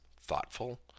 thoughtful